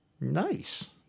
Nice